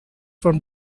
from